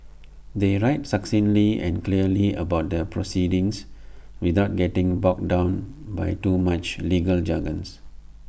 they write succinctly and clearly about the proceedings without getting bogged down by too much legal jargon